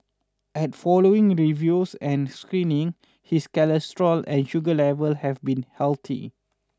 at following reviews and screening his cholesterol and sugar level have been healthy